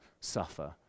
suffer